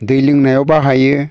दै लोंनायाव बाहायो